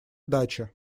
дача